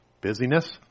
busyness